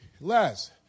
Les